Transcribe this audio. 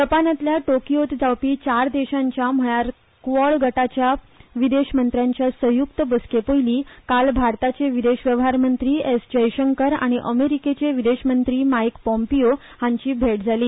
जपानांतल्या टोकियोंत जावपी चार देशांच्या म्हळ्यार कॉड गटाच्या विदेश मंत्र्यांचे जोड बसके पयलीं काल भारताचे विदेश वेव्हार मंत्री एस जयशंकर आनी अमेरिकेचे विदेश मंत्री मायकल पोम्पिओ हांची भेट जाली